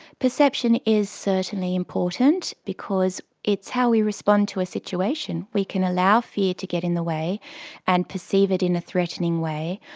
perception is certainly important because it's how we respond to a situation. we can allow fear to get in the way and perceive it in a threatening way,